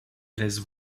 laisse